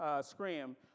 scream